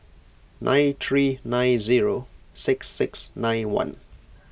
nine three nine zero six six nine one